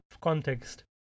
context